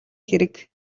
хэрэг